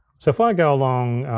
so if i go along,